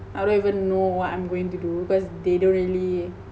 I don't even know what I'm going to do because they don't really